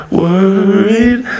worried